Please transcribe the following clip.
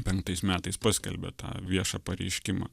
penktais metais paskelbė tą viešą pareiškimą